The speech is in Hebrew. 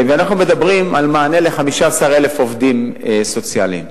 אנחנו מדברים על מענה ל-15,000 עובדים סוציאליים.